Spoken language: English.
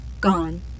gone